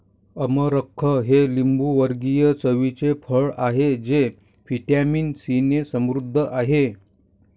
अमरख हे लिंबूवर्गीय चवीचे फळ आहे जे व्हिटॅमिन सीने समृद्ध आहे